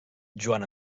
joan